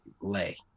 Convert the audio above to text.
lay